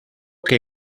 que